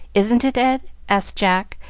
isn't it, ed? asked jack,